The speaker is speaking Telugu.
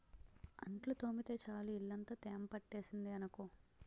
అంట్లు తోమితే చాలు ఇల్లంతా తేమ పట్టేసింది అనుకో